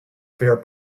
fair